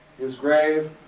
his grave,